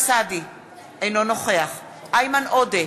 אינו נוכח איימן עודה,